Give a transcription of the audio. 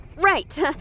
right